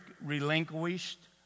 relinquished